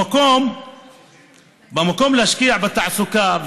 במקום להשקיע בתעסוקה,